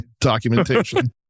documentation